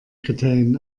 kriterien